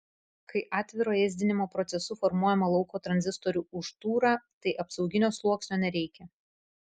kai atviro ėsdinimo procesu formuojama lauko tranzistorių užtūra tai apsauginio sluoksnio nereikia